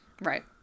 right